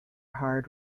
hard